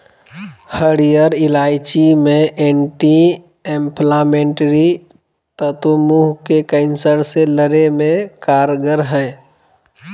हरीयर इलायची मे एंटी एंफलामेट्री तत्व मुंह के कैंसर से लड़े मे कारगर हई